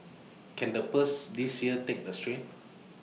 can the purse this year take the strain